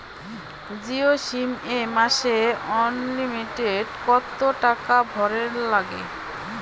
Jio sim এ মাসে unlimited কত টাকা ভরের নাগে?